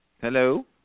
Hello